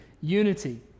unity